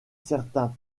certains